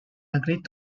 agreed